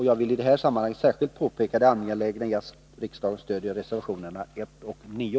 Jag vill i det här sammanhanget särskilt påpeka det angelägna i att riksdagen stöder reservationerna 1 och 9.